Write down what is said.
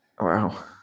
Wow